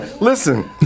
Listen